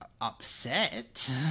upset